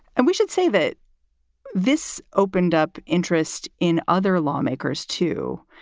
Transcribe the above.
and we should say that this opened up interest in other lawmakers, too,